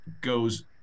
goes